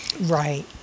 Right